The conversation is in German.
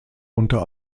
unter